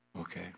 Okay